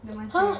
dia masih